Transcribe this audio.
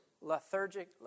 lethargic